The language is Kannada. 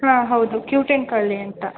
ಹಾಂ ಹೌದು ಕ್ಯೂಟ್ ಆ್ಯಂಡ್ ಕರ್ಲಿ ಅಂತ